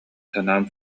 санаан